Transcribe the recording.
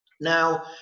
now